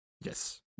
Yes